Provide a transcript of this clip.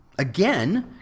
Again